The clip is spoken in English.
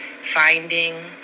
finding